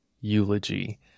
eulogy